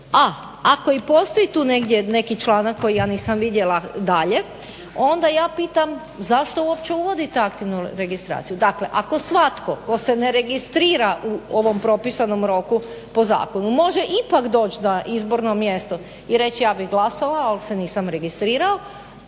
ako i postoji tu negdje neki članak koji ja nisam vidjela dalje onda ja pitam zašto uopće uvodite aktivnu registraciju? Dakle ako svatko tko se ne registrira u ovom propisanom roku po zakonu može ipak doći na izborno mjesto i reći ja bih glasovao ali se nisam registrirao